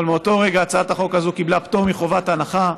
אבל באותו רגע הצעת החוק הזאת קיבלה פטור מחובת הנחה.